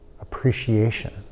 appreciation